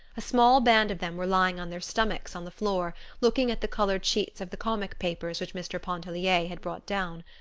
a small band of them were lying on their stomachs on the floor looking at the colored sheets of the comic papers which mr. pontellier had brought down.